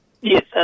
Yes